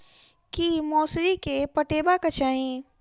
की मौसरी केँ पटेबाक चाहि?